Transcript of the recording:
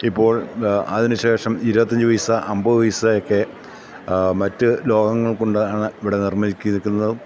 ഇപ്പോൾ അതിനുശേഷം ഇരുപത്തിയഞ്ച് പൈസ അമ്പത് പൈസയൊക്കെ മറ്റ് ലോഹങ്ങൾ കൊണ്ടാണ് ഇവിടെ നിർമ്മിച്ചിരിക്കുന്നത്